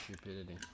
stupidity